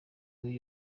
muri